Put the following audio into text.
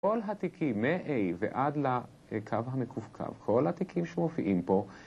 כל התיקים, מה' ועד לקו המקווקו, כל התיקים שמופיעים פה